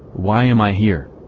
why am i here,